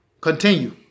Continue